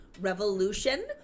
Revolution